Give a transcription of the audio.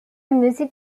music